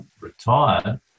retired